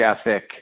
ethic